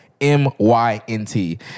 m-y-n-t